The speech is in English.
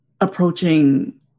approaching